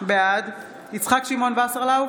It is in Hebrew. בעד יצחק שמעון וסרלאוף,